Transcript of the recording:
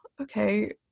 okay